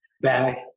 back